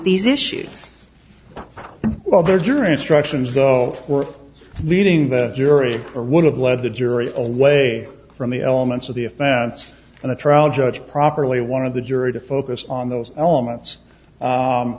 these issues well there's your instructions though we're leading the jury or would have led the jury away from the elements of the offense and the trial judge properly one of the jury to focus on those elements